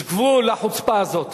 יש גבול לחוצפה הזאת.